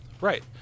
Right